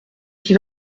qui